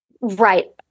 right